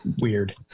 weird